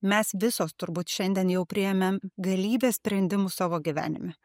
mes visos turbūt šiandien jau priėmėm galybę sprendimų savo gyvenime